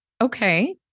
Okay